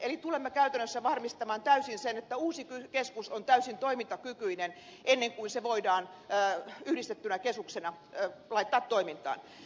eli tulemme käytännössä varmistamaan täysin sen että uusi keskus on täysin toimintakykyinen ennen kuin se voidaan yhdistettynä keskuksena laittaa toimintaan